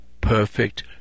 perfect